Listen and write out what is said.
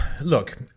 look